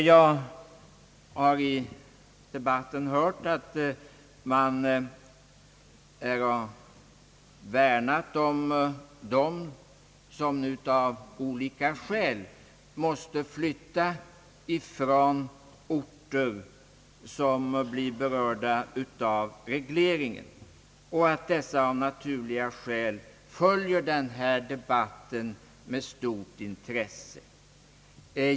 Jag har i debatten hört att många har värnat om dem som nu av olika skäl måste flytta från orter, som blir berörda av regleringen, och att dessa personer av naturliga skäl följer denna debatt med stort intresse.